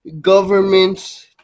governments